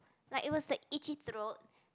like it was the itchy throat